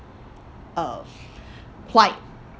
uh quite